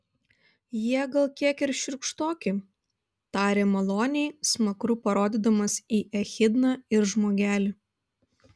jie gal kiek ir šiurkštoki tarė maloniai smakru parodydamas į echidną ir žmogelį